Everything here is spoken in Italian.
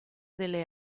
delle